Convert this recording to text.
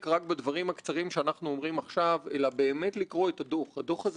הגענו ממקומות פוליטיים שונים ומהשקפות עולם שונות.